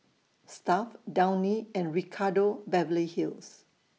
Stuff'd Downy and Ricardo Beverly Hills